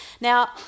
Now